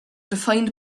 defined